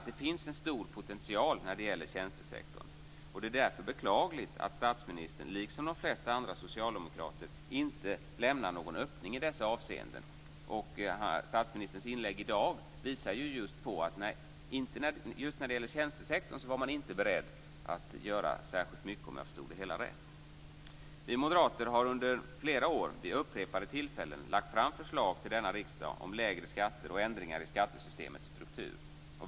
Det finns en stor potential när det gäller tjänstesektorn. Det är därför beklagligt att statsministern, liksom de flesta andra socialdemokrater, inte lämnar någon öppning i dessa avseenden. Om jag förstod det hela rätt visade statsministerns inlägg i dag på att man just när det gäller tjänstesektorn inte var beredd att göra särskilt mycket. Vi moderater har under flera år vid upprepade tillfällen lagt fram förslag till denna riksdag om lägre skatter och ändringar i skattesystemets struktur.